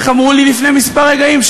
איך אמרו לי לפני כמה רגעים?